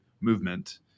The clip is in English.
movement